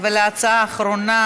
ולהצעה האחרונה,